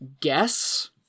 guess